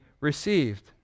received